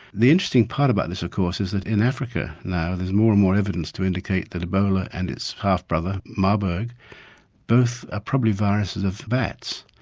the interesting part about this of course is that in africa now there's more and more evidence to indicate that ebola and its half brother marburg both are ah probably viruses of bats,